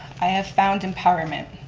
i have found empowerment.